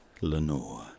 Lenore